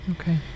Okay